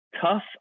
tough